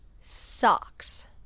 Socks